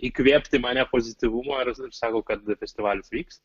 įkvėpti mane pozityvumo ir sako kad festivalis vyks